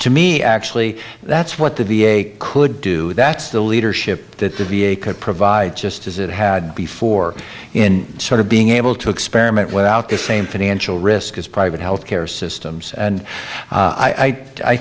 to me actually that's what the v a could do that's the leadership that the v a could provide just as it had before in sort of being able to experiment without the same financial risk as private health care systems and